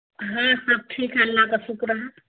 ہاں سب ٹھیک ہے اللہ کا شکر ہے